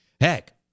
Heck